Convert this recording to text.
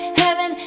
heaven